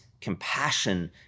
compassion